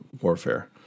warfare